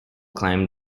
climb